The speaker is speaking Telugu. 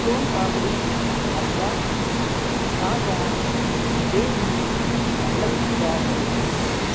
సోన్ పాపడి హల్వా కాజా జిలేబీ నల్లగ జాము